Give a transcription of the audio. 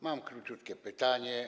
Mam króciutkie pytanie.